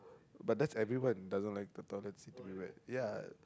but that's everyone does not like the toilet sit to be wet ya